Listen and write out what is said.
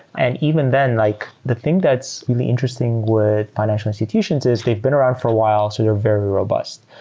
and even then, like the thing that's really interesting with financial institutions as they've been around for a while, so they're very robust.